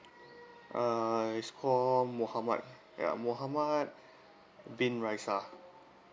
uh his call muhammad ya muhammad bin raishal